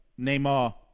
Neymar